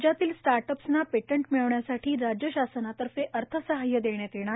राज्यातील स्टार्टप्सना पेटंट मिळविण्यासाठी राज्य शासनातर्फे अर्थसहाय्य देण्यात येणार